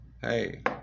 Hey